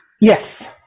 Yes